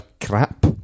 crap